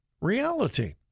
reality